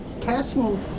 casting